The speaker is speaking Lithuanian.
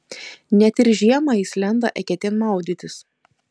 net ir žiemą jis lenda eketėn maudytis